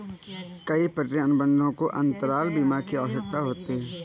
कई पट्टे अनुबंधों को अंतराल बीमा की आवश्यकता होती है